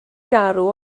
garw